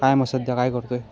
काय मग सध्या काय करतो आहे